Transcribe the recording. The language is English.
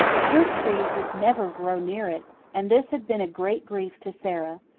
fruit trees would never grow near it, and this had been a great grief to sara.